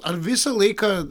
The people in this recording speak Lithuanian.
ar visą laiką